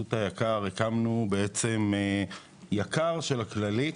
בחסות היק"ר, אנחנו הקמנו יק"ר של הכללית.